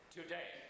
Today